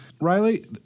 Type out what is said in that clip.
Riley